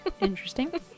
interesting